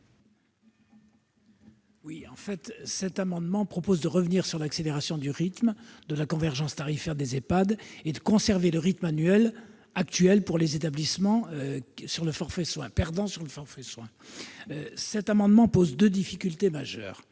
commission ? Cet amendement vise à revenir sur l'accélération du rythme de la convergence tarifaire des EHPAD et à conserver le rythme actuel pour les établissements perdants sur le forfait soins. Il pose deux difficultés majeures.